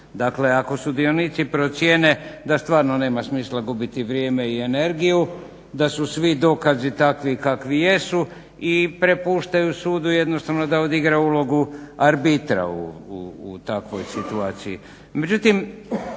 Dakle, ako sudionici procijene da stvarno nema smisla gubiti vrijeme i energiju, da su svi dokazi takvi kakvi jesu i prepuštaju sudu jednostavno da odigra ulogu arbitra u takvoj situaciji.